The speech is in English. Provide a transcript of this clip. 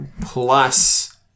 plus